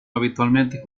habitualmente